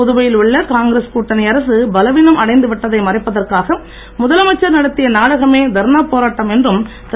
புதுவையில் உள்ள காங்கிரஸ் கூட்டணி அரசு பலவீனம் அடைந்து விட்டதை மறைப்பதற்காக முதலமைச்சர் நடத்திய நாடகமே தர்ணா போராட்டம் என்றும் திரு